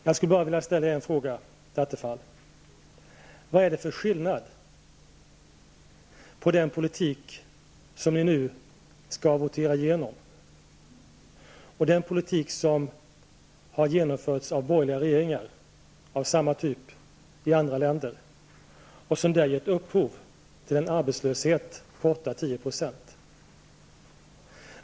Jag skulle vilja ställa en fråga till Attefall: Vad är det för skillnad mellan den politik som ni nu skall votera igenom och den politik som har genomförts av borgerliga regeringar av samma typ i andra länder och som har gett upphov till en arbetslöshet på 8--9 %?